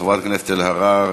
חברת הכנסת אלהרר,